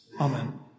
Amen